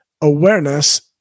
awareness